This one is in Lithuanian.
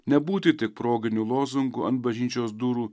nebūti tik proginių lozungų ant bažnyčios durų